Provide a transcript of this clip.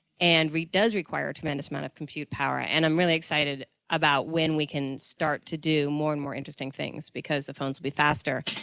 and it does require to manage amount of computer power, and i'm really excited about when we can start to do more and more interesting things because the phones would be faster.